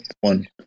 One